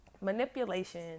manipulation